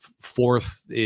fourth